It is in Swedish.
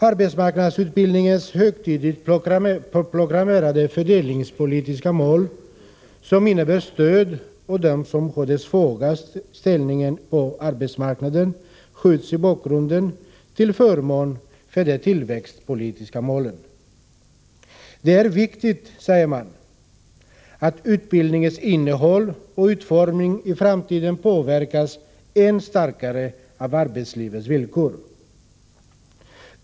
Arbetsmarknadsutbildningens högtidligt proklamerade fördelningspolitiska mål, som innebär stöd till dem som har den svagaste ställningen på arbetsmarknaden, skjuts i bakgrunden till förmån för de tillväxtpolitiska målen. Det är viktigt, säger utskottsmajoriteten, att utbildningens innehåll och utformning i framtiden påverkas än starkare av arbetslivets villkor.